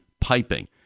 Piping